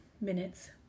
minutes